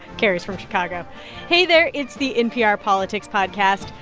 carrie's from chicago hey, there. it's the npr politics podcast.